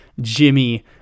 Jimmy